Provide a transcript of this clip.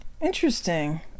Interesting